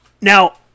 Now